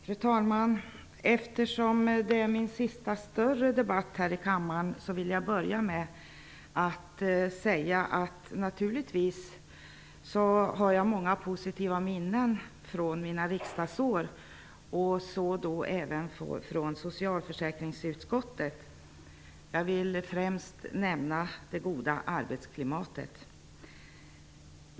Fru talman! Eftersom detta är min sista större debatt här i kammaren, vill jag inleda med att säga att jag naturligtvis har många positiva minnen från mina riksdagsår -- då även från socialförsäkringsutskottet. Jag vill främst nämna det goda arbetsklimatet.